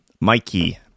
Mikey